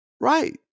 Right